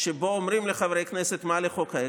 שבהן אומרים לחברי כנסת מה לחוקק,